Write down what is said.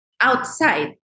outside